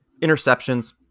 interceptions